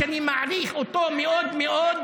שאני מעריך אותו מאוד מאוד,